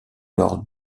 lors